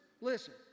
listen